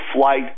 flight